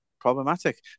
problematic